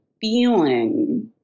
feeling